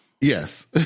Yes